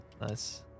Nice